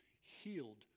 healed